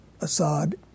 Assad